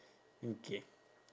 mm K